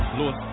los